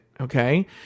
Okay